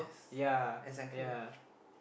yeah yeah